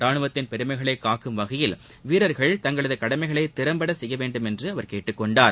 ரானுவத்தின் பெருமைகளை காக்கும் வகையில் வீரர்கள் தங்களது கடமைகளை திறம்பட செய்யவேண்டும் என்று அவர் கேட்டுக்கொண்டார்